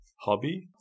hobby